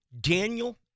Daniel